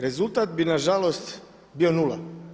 Rezultat bi nažalost bio nula.